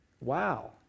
Wow